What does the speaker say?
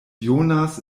jonas